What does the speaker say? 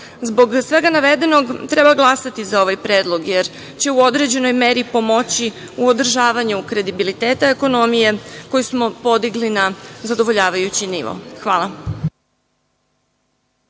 svega navedenog treba glasati za ovaj predlog, jer će u određenoj meri pomoći u održavanju kredibiliteta ekonomije koji smo podigli na zadovoljavajući nivo. Hvala.